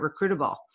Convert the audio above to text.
recruitable